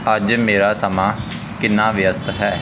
ਅੱਜ ਮੇਰਾ ਸਮਾਂ ਕਿੰਨਾ ਵਿਅਸਤ ਹੈ